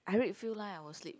I read few line I will sleep